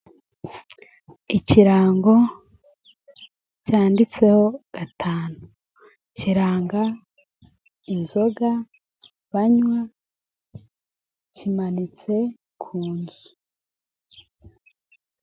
Ikirango cyanditseho 5, kiranga inzoga banywa, kimanitse ku nzu.